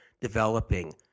developing